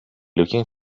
looking